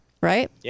Right